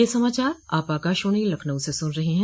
ब्रे क यह समाचार आप आकाशवाणी लखनऊ से सुन रहे हैं